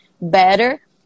better